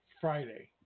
Friday